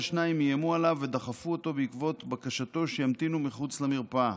השניים איימו עליו ודחפו אותו בעקבות בקשתו שימתינו מחוץ למרפאה.